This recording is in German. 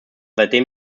seitdem